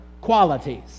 qualities